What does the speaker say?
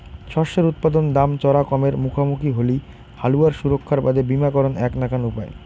শস্যের উৎপাদন দাম চরা কমের মুখামুখি হলি হালুয়ার সুরক্ষার বাদে বীমাকরণ এ্যাক নাকান উপায়